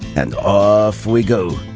and ah off we go.